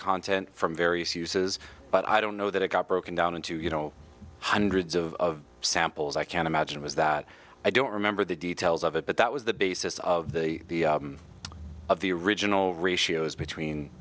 content from various uses but i don't know that it got broken down into you know hundreds of samples i can imagine was that i don't remember the details of it but that was the basis of the of the original ratios between